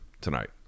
tonight